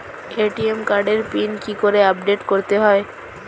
ATM কার্ডের PIN কি করে আপডেট করতে হয়?